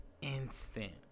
instant